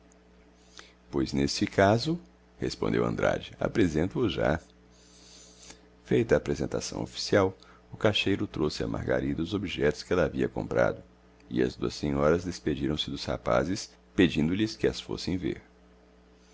pois nesse caso respondeu andrade apresento o já feita a apresentação oficial o caixeiro trouxe a margarida os objetos que ela havia comprado e as duas senhoras despediram-se dos rapazes pedindo lhes que as fossem ver